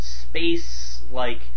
space-like